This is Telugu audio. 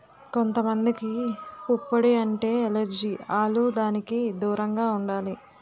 కొంత మందికి పుప్పొడి అంటే ఎలెర్జి ఆల్లు దానికి దూరంగా ఉండాలి